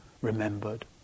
remembered